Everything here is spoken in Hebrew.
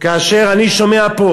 כאשר אני שומע פה